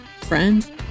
friend